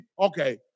okay